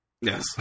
Yes